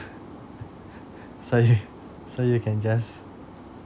so you so you can just